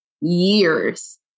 years